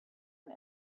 and